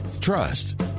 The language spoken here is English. trust